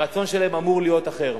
הרצון שלהם אמור להיות אחר.